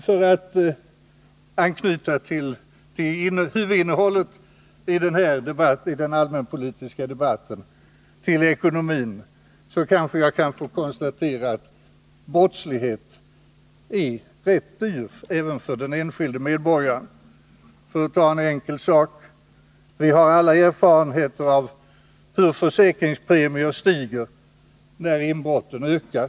För att anknyta till huvudinnehållet i den allmänpolitiska debatten — ekonomin — kanske jag kan få konstatera att brottslighet är rätt dyrbart även för den enskilde medborgaren. För att ta en enkel sak: Vi har alla erfarenheter av hur försäkringspremierna stiger när inbrotten ökar.